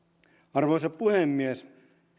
arvoisa puhemies